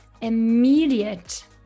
immediate